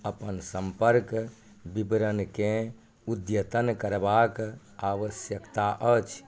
अपन सम्पर्क विवरणकेँ अद्यतन करबाक आवश्यकता अछि